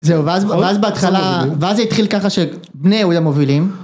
זהו ואז ואז בהתחלה, ואז התחיל ככה שבני יהודה מובילים.